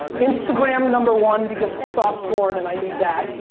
instagram number one because it's soft porn and i need that.